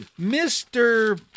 Mr